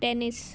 tennis